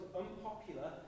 unpopular